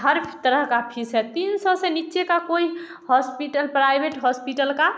हर तरह का फीस है तीन सौ से नीचे का कोई हॉस्पिटल प्राइवेट हॉस्पिटल का